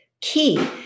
key